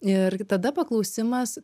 ir tada paklausimas